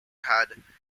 had